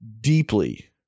Deeply